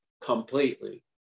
completely